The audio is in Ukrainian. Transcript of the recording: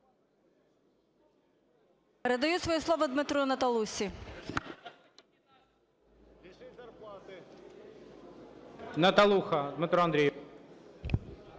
Передаю своє слово Дмитру Наталусі.